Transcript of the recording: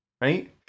right